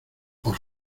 por